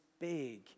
big